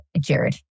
Jared